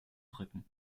drücken